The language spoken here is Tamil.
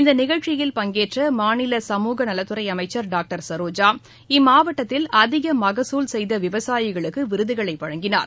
இந்த நிகழ்ச்சியில் பங்கேற்ற மாநில சமூக நலத்துறை அமைச்சர் டாங்டர் வெ சரோஜா இம்மாவட்டத்தில் அதிக மகசூல் செய்த விவசாயிகளுக்கு விருதுகளை வழங்கினார்